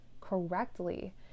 correctly